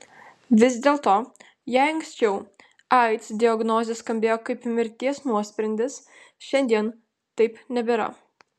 vis dėlto jei anksčiau aids diagnozė skambėjo kaip mirties nuosprendis šiandien taip nebėra